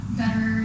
better